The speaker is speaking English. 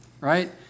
right